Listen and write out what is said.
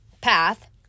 path